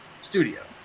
studio